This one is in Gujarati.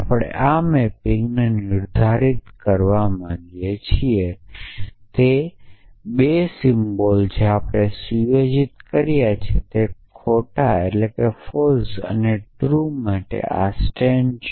આપણે આ મેપિંગને નિર્ધારિત કરવા માગીએ છીએ અને તે 2 સિમ્બલ્સ જે આપણે સુયોજિત કર્યા છે તે ખોટા અને ટ્રૂ માટેના આ સ્ટેન્ડ છે